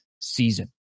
season